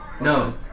no